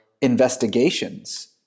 investigations